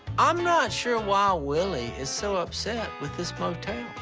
um not sure why willie is so upset with this motel.